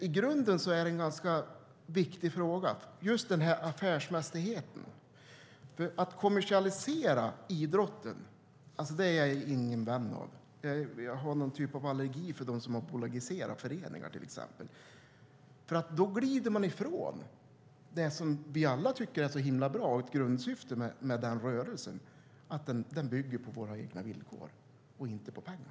I grunden är det en ganska viktig fråga. Att kommersialisera idrotten, affärsmässigheten, är jag ingen vän av. Jag har någon typ av allergi mot dem som har bolagiserat föreningar till exempel. Då glider man ifrån det som vi alla tycker är så himla bra med grundsyftet med rörelsen, att den bygger på våra egna villkor och inte på pengar.